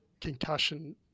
concussion